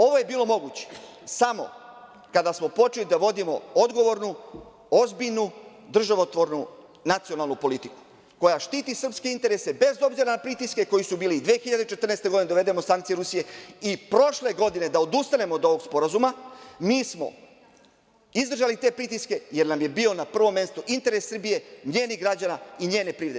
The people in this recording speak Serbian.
Ovo je bilo moguće samo kada smo počeli da vodimo odgovornu, ozbiljnu, državotvornu, nacionalnu politiku koja štiti srpski interese bez obzira na pritiske koji su bili 2014. godine, da uvedemo sankcije Rusije i prošle godine da odustanemo od ovog sporazuma, mi smo izdržali te pritiske, jer nam je bio na prvom mestu interes Srbije, njenih građana i njene privrede.